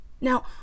Now